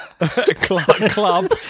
Club